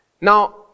Now